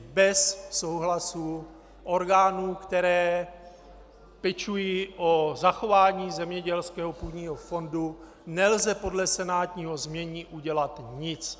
Bez souhlasu orgánů, které pečují o zachování zemědělského půdního fondu, nelze podle senátního znění udělat nic.